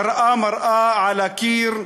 מראה מראה שעל הקיר,